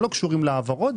שלא קשורים להעברות,